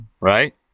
right